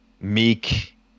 Meek